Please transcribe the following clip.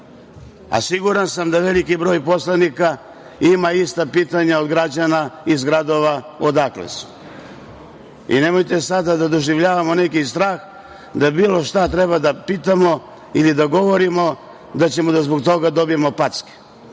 a siguran sam da veliki broj poslanika ima ista pitanja od građana iz gradova odakle su. Nemojte sada da doživljavamo neki strah kad bilo šta treba da pitamo ili da govorimo, da ćemo zbog toga da dobijemo packe.